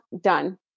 done